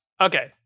Okay